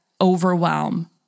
overwhelm